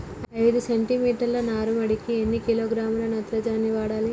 ఐదు సెంటిమీటర్ల నారుమడికి ఎన్ని కిలోగ్రాముల నత్రజని వాడాలి?